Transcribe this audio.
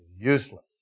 useless